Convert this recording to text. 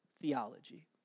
theology